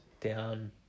down